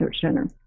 Center